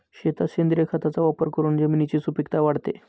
शेतात सेंद्रिय खताचा वापर करून जमिनीची सुपीकता वाढते